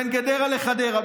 בין גדרה לחדרה,